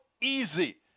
easy